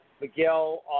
Miguel